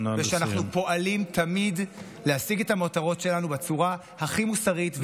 ושאנחנו פועלים תמיד להשיג את המטרות שלנו בצורה הכי מוסרית,